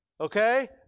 Okay